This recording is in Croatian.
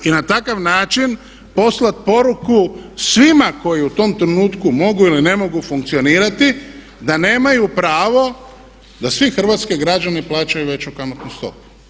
I na takav način poslati poruku svima koji u tom trenutku mogu ili ne mogu funkcionirati da nemaju pravo da svi hrvatski građani plaćaju veću kamatnu stopu.